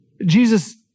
Jesus